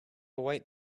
white